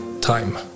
time